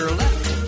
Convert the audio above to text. left